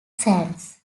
sands